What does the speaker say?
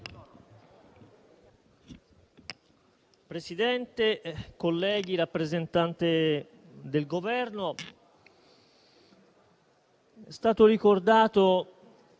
Presidente, colleghi, rappresentante del Governo, è stato ricordato